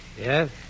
Yes